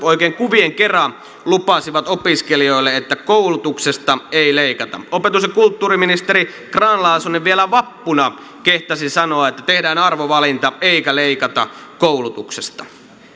oikein kuvien kera lupasivat opiskelijoille että koulutuksesta ei leikata opetus ja kulttuuriministeri grahn laasonen vielä vappuna kehtasi sanoa että tehdään arvovalinta eikä leikata koulutuksesta